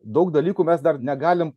daug dalykų mes dar negalim